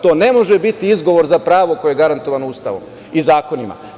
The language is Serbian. To ne može biti izgovor za pravo koje je garantovano Ustavom i zakonima.